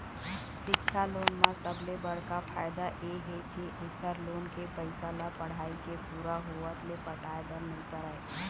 सिक्छा लोन म सबले बड़का फायदा ए हे के एखर लोन के पइसा ल पढ़ाई के पूरा होवत ले पटाए बर नइ परय